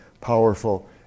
powerful